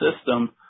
system